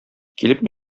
килеп